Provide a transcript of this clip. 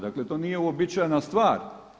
Dakle, to nije uobičajena stvar.